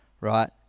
right